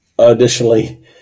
Additionally